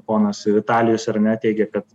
ponas vitalijus ar ne teigė kad